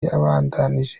yabandanije